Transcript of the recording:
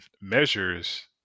measures